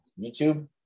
YouTube